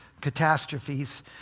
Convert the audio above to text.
catastrophes